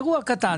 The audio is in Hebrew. אירוע קטן.